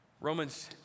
Romans